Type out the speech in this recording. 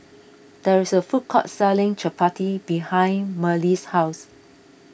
there is a food court selling Chappati behind Marely's house